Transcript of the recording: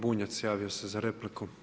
Bunjac javio se za repliku.